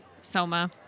Soma